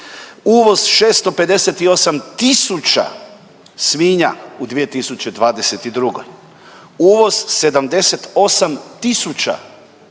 Uvoz 658.000 svinja u 2022., uvoz 78.000 grla